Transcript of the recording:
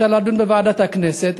אפשר לדון בוועדת הכנסת,